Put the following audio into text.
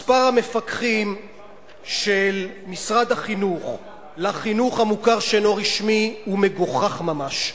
מספר המפקחים של משרד החינוך לחינוך המוכר שאינו רשמי הוא מגוחך ממש.